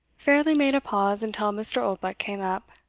fairly made a pause until mr. oldbuck came up.